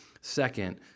Second